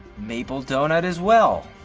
maple doughnut as well.